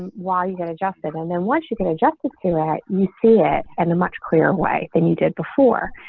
and why you get adjusted and then once you get adjusted to that you see it and the much clear way than you did before.